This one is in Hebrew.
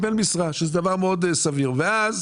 שזה דבר מאוד סביר ואז